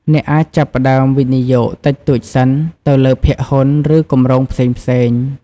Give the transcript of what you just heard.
អ្នកអាចចាប់ផ្ដើមវិនិយោគតិចតួចសិន ទៅលើភាគហ៊ុន ឬគម្រោងផ្សេងៗ។